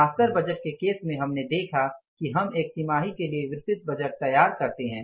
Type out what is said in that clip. master budget के case में हमने देखा कि हम एक तिमाही के लिए विस्तृत बजट तैयार करते हैं